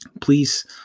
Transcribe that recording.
please